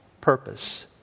purpose